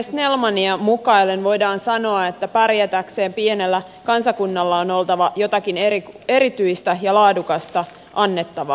snellmania mukaillen voidaan sanoa että pärjätäkseen pienellä kansakunnalla on oltava jotakin erityistä ja laadukasta annettavaa